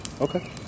Okay